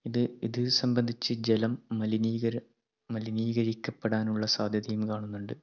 ഇത് ഇത് സംബന്ധിച്ച് ജലം മലിനീകര മലിനീകരിക്കപ്പെടാനുള്ള സാധ്യതയും കാണുന്നുണ്ട്